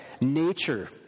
nature